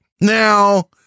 Now